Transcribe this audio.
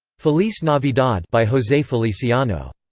feliz navidad by jose feliciano.